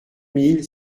mille